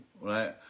right